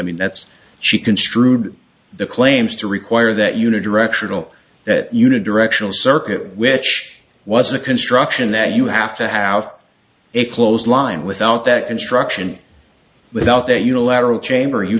mean that's she construed the claims to require that unit directional that unit directional circuit which was a construction that you have to have a clothesline without that and struction without a unilateral chamber you